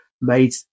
made